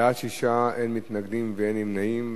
בעד, 6, אין מתנגדים ואין נמנעים.